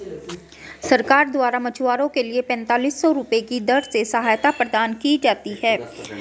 सरकार द्वारा मछुआरों के लिए पेंतालिस सौ रुपये की दर से सहायता प्रदान की जाती है